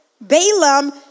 Balaam